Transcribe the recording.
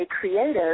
creative